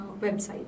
website